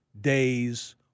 days